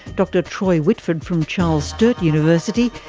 dr troy whitford from charles sturt university,